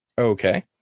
Okay